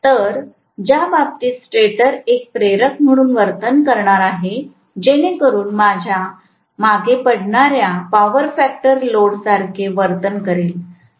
तर ज्या बाबतीत स्टेटर एक प्रेरक म्हणून वर्तन करणार आहे जेणेकरून मागे पडणार्या पॉवर फॅक्टर लोडसारखे वर्तन करेल